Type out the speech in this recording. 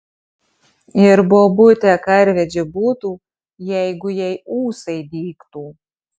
ir bobutė karvedžiu būtų jeigu jai ūsai dygtų